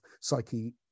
psyche